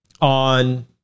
on